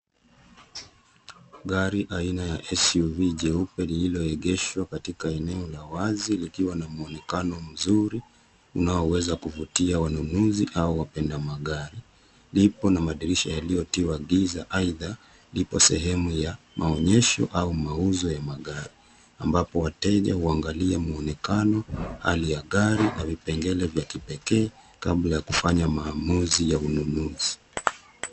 Gari aina ya SUV jeupe liilo egeshwa katika eneo la wazi likiwa na muonekano mzuri unaoweza kuvutia wanunuzi au wapenda magari. Lipo na madirisha ya lio tiwa giza aidha lipo sehemu ya maonyesho au mauzo ya magari. Ambapo wateja uangalia muonekano hali ya gari na vipengele vya kipekee kabla kufanya maamuzi ya ununuzi.